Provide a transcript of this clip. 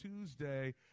Tuesday